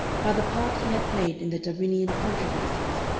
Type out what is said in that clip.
by the part he had played in the darwinian controversies,